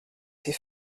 ses